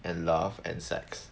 and love and sex